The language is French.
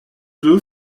deux